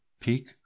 peak